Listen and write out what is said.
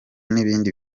n’ibindi